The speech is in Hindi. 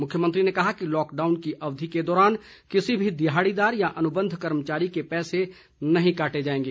मुख्यमंत्री ने कहा कि लॉकडाउन की अवधि के दौरान किसी भी दिहाड़ीदार या अनुबंध कर्मचारी के पैसे नहीं काटे जाएंगे